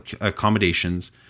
accommodations